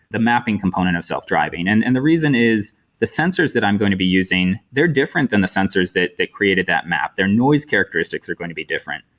the mapping component of self-driving. and and the reason is the sensors that i'm going to be using, they're different than the sensors that that created that map. their noise characteristics are going to be different,